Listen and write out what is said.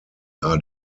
are